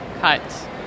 cut